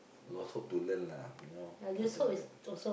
lost hope to learn lah you know something like that